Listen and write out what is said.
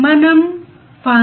output వద్ద 6